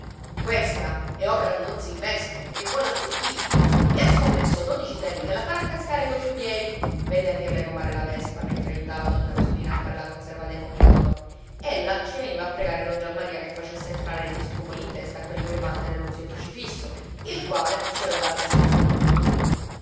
questa è opera di don silvestro che vuol la zuppidda e ha scommesso dodici tarì che la farà cascare coi suoi piedi venne a dirle comare la vespa mentre aiutava donna rosolina a fare la conserva dei pomidoro ella ci veniva a pregare don giammaria che facesse entrare gli scrupoli in testa a quel birbante dello zio crocifisso il quale ci aveva la testa più dura di un mulo